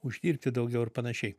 uždirbti daugiau ir panašiai